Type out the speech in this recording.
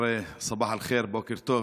כבר סבאח אל-ח'יר, בוקר טוב,